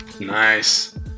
Nice